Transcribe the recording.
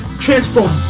transform